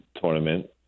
tournament